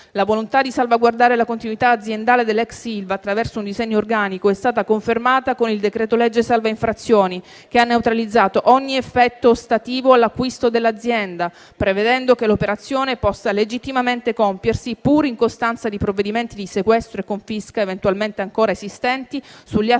La volontà di salvaguardare la continuità aziendale dell'ex ILVA attraverso un disegno organico è stata confermata con il decreto-legge salva infrazioni, che ha neutralizzato ogni effetto ostativo all'acquisto dell'azienda, prevedendo che l'operazione possa legittimamente compiersi, pur in costanza di provvedimenti di sequestro e confisca eventualmente ancora esistenti sugli *asset*